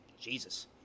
Jesus